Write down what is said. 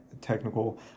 technical